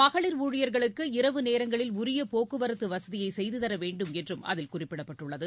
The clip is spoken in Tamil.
மகளிர் ஊழியர்களுக்கு இரவு நேரங்களில் உரியபோக்குவரத்துவசதியைசெய்துதரவேண்டும் என்றும் அதில் குறிப்பிடப்பட்டுள்ளது